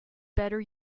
better